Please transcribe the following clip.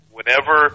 Whenever